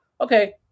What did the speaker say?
okay